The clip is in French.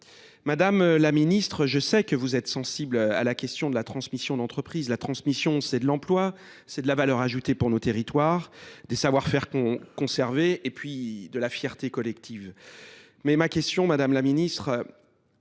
Madame la Ministre, je sais que vous êtes sensible à la question de la transmission d'entreprises. La transmission, c'est de l'emploi, c'est de la valeur ajoutée pour nos territoires, des savoir-faire conservés et puis de la fierté collective. Mais ma question, Madame la Ministre,